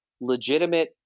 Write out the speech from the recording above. legitimate